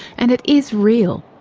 and it is real,